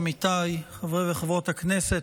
עמיתיי חברי וחברות הכנסת,